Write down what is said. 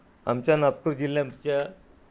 आमच्या नागपूर जिल्ह्याच्या